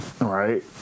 right